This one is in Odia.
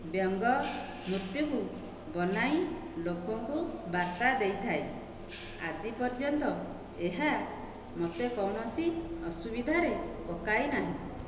ବ୍ୟଙ୍ଗ ମୂର୍ତ୍ତିକୁ ବନାଇ ଲୋକଙ୍କୁ ବାର୍ତ୍ତା ଦେଇଥାଏ ଆଜି ପର୍ଯ୍ୟନ୍ତ ଏହା ମୋତେ କୌଣସି ଅସୁବିଧାରେ ପକାଇ ନାହିଁ